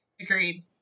Agreed